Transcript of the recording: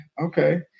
Okay